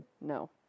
No